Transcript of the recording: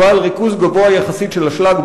הוא בעל ריכוז גבוה יחסית של אשלג,